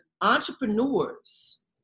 entrepreneurs